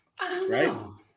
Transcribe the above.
Right